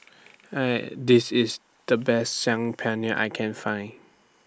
Hey This IS The Best Saag Paneer that I Can Find